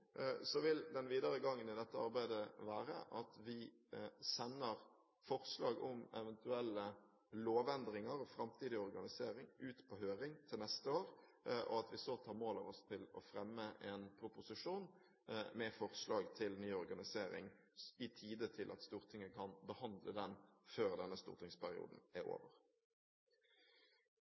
så tar mål av oss til å fremme en proposisjon med forslag til ny organisering i tide til at Stortinget kan behandle den før denne stortingsperioden er over.